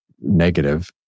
negative